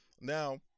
now